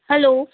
hello